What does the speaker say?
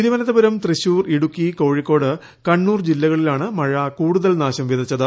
തിരുവനന്തപുരംതൃശ്ശൂർ ഇടുക്കി കോഴിക്കോട് കണ്ണൂർ ജില്ലകളിലാണ് മഴ കൂടുതൽ നാശം വിതച്ചത്